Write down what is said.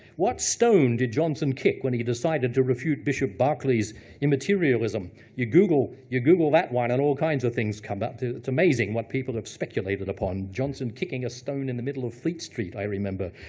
what stone did johnson kick when he decided to refute bishop berkeley's immaterialism? you google you google that one, and all kinds of things come up. it's amazing what people have speculated upon. johnson kicking a stone in the middle of fleet street, i remember,